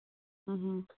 إ ہۭں